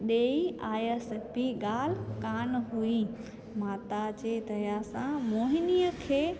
ॾेई आयसि बि ॻाल्हि कान हुई माता जे दया सां मोहिनीअ खे